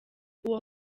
uwo